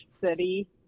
city